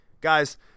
guys